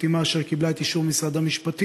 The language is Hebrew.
בחתימה אשר קיבלה את אישור משרד המשפטים,